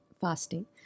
fasting